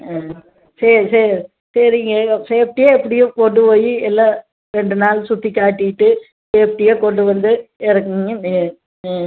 ம் சரி சரி சரிங்க சேஃப்டியாக எப்படியோ கொண்டுப்போய் எல்லாம் ரெண்டு நாள் சுற்றிக்காட்டிட்டு சேஃப்டியாக கொண்டு வந்து இறக்குனீங்க ஆ ம்